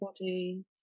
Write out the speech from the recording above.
body